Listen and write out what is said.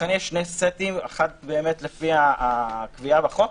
אכן יש שני סטים: אחד לפי הקביעה בחוק,